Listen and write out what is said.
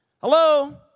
Hello